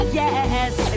yes